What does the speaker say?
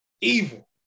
evil